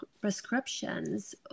prescriptions